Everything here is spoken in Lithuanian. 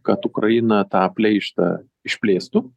kad ukraina tą pleištą išplėstų